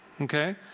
okay